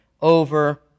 over